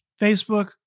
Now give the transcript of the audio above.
Facebook